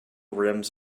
rims